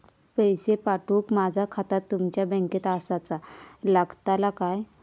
पैसे पाठुक माझा खाता तुमच्या बँकेत आसाचा लागताला काय?